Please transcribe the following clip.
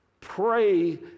pray